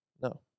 No